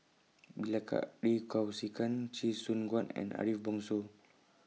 Bilahari Kausikan Chee Soon Juan and Ariff Bongso